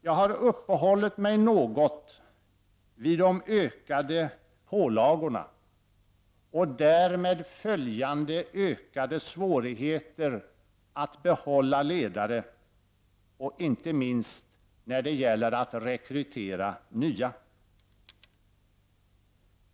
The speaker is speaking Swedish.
Jag har uppehållit mig något vid de ökade pålagorna och därav ökade svårigheter att behålla ledare och, inte minst, svårigheter att rekrytera nya.